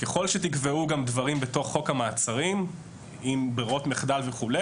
ככל שתקבעו גם דברים בתוך חוק המעצרים עם ברירות מחדל וכו',